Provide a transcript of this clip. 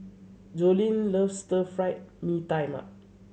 Joleen loves Stir Fried Mee Tai Mak